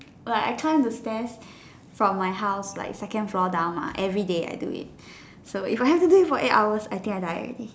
like I climb the stairs from my house like second floor down mah everyday I do it so if I have to do it for eight hours I think I die already